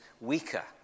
weaker